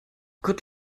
good